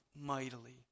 mightily